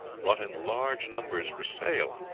brought in large numbers for sale,